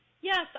Yes